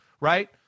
right